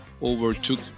overtook